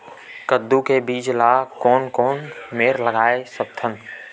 कददू के बीज ला कोन कोन मेर लगय सकथन?